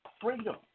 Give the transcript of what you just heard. freedom